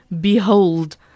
Behold